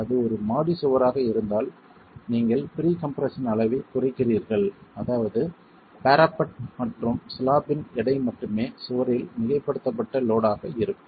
அது ஒரு மாடி சுவராக இருந்தால் நீங்கள் ப்ரீகம்ப்ரஷன் அளவைக் குறைக்கிறீர்கள் அதாவது பராபெட் மற்றும் ஸ்லாப்பின் எடை மட்டுமே சுவரிலேயே மிகைப்படுத்தப்பட்ட லோட் ஆக இருக்கும்